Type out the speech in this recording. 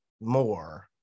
more